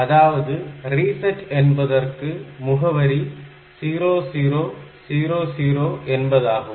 அதாவது ரீசெட் என்பதற்கு முகவரி 0000 என்பதாகும்